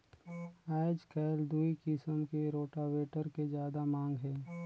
आयज कायल दूई किसम के रोटावेटर के जादा मांग हे